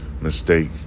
mistake